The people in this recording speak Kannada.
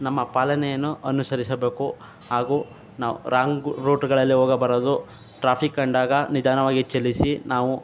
ನಮ್ಮ ಪಾಲನೆಯನ್ನು ಅನುಸರಿಸಬೇಕು ಹಾಗೂ ನಾವು ರಾಂಗು ರೂಟ್ಗಳಲ್ಲಿ ಹೋಗಬಾರದು ಟ್ರಾಫಿಕ್ ಕಂಡಾಗ ನಿಧಾನವಾಗಿ ಚಲಿಸಿ ನಾವು